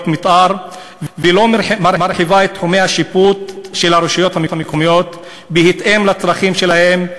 מתאר ולא מרחיבה את תחומי השיפוט של הרשויות המקומיות בהתאם לצרכים שלהם,